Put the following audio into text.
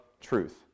truth